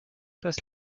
das